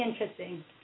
interesting